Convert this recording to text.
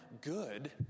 good